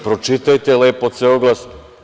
Pročitajte lepo ceo oglas.